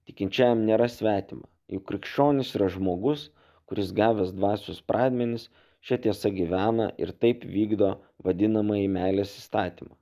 tikinčiajam nėra svetima juk krikščionis yra žmogus kuris gavęs dvasios pradmenis šia tiesa gyvena ir taip vykdo vadinamąjį meilės įstatymą